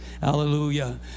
Hallelujah